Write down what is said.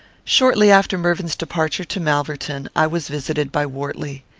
shortly after mervyn's departure to malverton, i was visited by wortley.